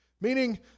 meaning